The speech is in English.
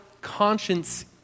conscience